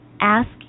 Ask